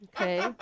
Okay